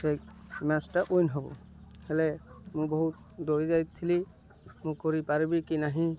ସେଇ ମ୍ୟାଚ୍ଟା ୱିିନ୍ ହବ ହେଲେ ମୁଁ ବହୁତ ଡରି ଯାଇଥିଲି ମୁଁ କରିପାରିବି କି ନାହିଁ